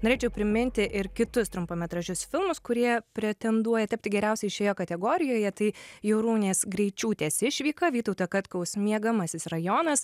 norėčiau priminti ir kitus trumpametražius filmus kurie pretenduoja tapti geriausiais šioje kategorijoje tai jau jorūnės greičiūtės išvyka vytauto katkaus miegamasis rajonas